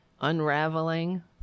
unraveling